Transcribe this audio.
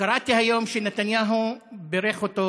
קראתי היום שנתניהו בירך אותו,